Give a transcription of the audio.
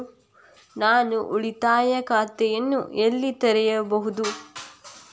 ನಾನು ಉಳಿತಾಯ ಖಾತೆಯನ್ನು ಎಲ್ಲಿ ತೆರೆಯಬಹುದು?